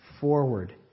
forward